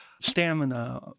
stamina